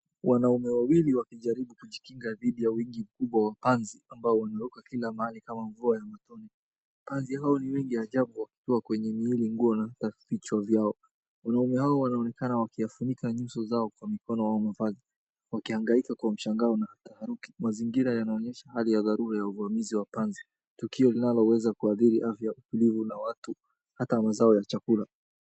Wanaume wawili wakijaribu kujikinga dhidi ya wingi mkubwa wa panzi ambao wanaokaa kila mahali kama mvua ya mitaani. Panzi hao ni wengi ajabu wakiwa kwenye miili, nguo na vichwa vyao. Wanaume hao wanaonekana wakifunika nyuso zao kwa mikono au mavazi, wakihangaika kwa mshangao na taharuki. Mazingira yanaonyesha hali ya dharura ya uvamizi wa panzi. Tukio linaloweza kuathiri afya, utulivu na hata mazao ya chakula.